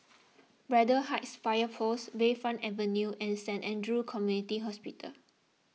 Braddell Heights Fire Post Bayfront Avenue and Saint andrew's Community Hospital